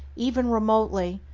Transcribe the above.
even remotely,